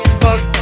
fuck